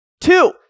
Two